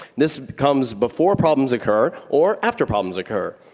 this comes before problems occur, or after problems occur.